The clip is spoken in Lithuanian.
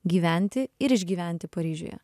gyventi ir išgyventi paryžiuje